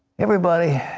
everybody